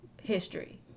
history